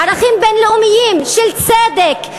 ערכים בין-לאומיים של צדק,